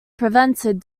prevented